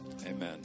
Amen